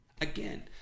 again